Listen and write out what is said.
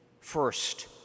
First